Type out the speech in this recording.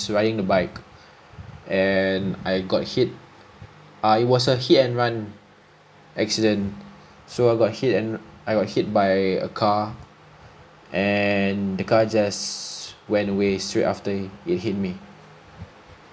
riding the bike and I got hit ah it was a hit and run accident so I got hit and I got hit by a car and the car just when away straight after it hit me